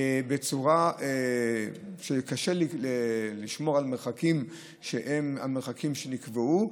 בצורה שקשה לשמור על מרחקים שהם המרחקים שנקבעו,